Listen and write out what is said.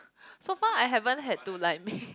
so far I haven't had to like make